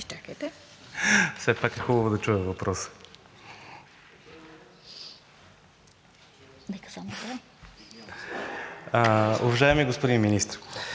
Уважаеми господин Министър,